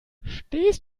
stehst